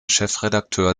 chefredakteur